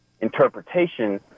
interpretation